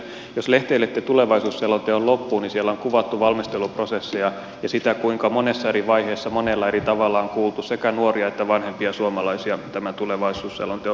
jos lehteilette tulevaisuusselonteon loppuun niin siellä on kuvattu valmisteluprosesseja ja sitä kuinka monessa eri vaiheessa monella eri tavalla on kuultu sekä nuoria että vanhempia suomalaisia tämän tulevaisuusselonteon valmistelussa